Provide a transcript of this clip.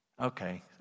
okay